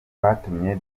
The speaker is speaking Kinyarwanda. batumye